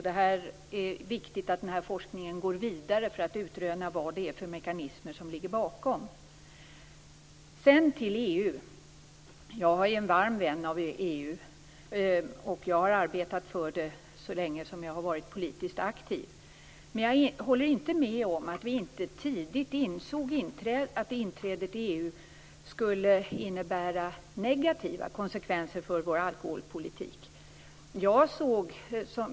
Det är viktigt att den forskningen går vidare för att utröna vad det är för mekanism som ligger bakom. Till EU. Jag är en varm vän av EU, och jag har arbetat för det så länge som jag har varit politiskt aktiv. Men jag håller inte med om att vi inte tidigt insåg att inträdet i EU skulle innebära negativa konsekvenser för vår alkoholpolitik.